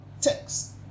text